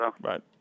Right